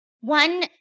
One